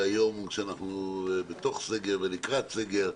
והיום כשאנחנו בתוך סגר ולקראת סגר,